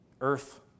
earth